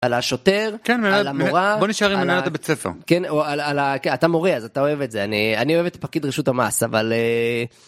על השוטר, על המורה, כן, אתה מורה אז אתה אוהב את זה, אני אוהב את פקיד רשות המס, אבל...